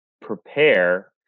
prepare